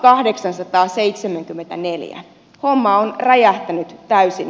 homma on räjähtänyt täysin käsiin